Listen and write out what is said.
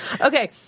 Okay